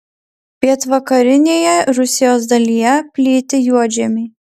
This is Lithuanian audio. pietvakarinėje rusijos dalyje plyti juodžemiai